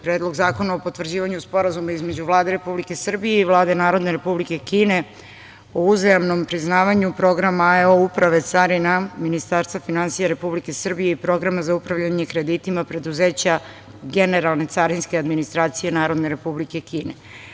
Predlog zakona o potvrđivanju Sporazuma između Vlade Republike Srbije i Vlade Narodne Republike Kine o uzajamnom priznavanju Programa AEO Uprave carina Ministarstva finansija Republike Srbije i Programa za Programa za upravljanje kreditima preduzeća Generalne carinske administracije Narodne Republike Kine.